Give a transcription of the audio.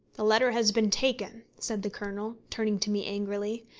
the letter has been taken, said the colonel, turning to me angrily,